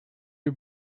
you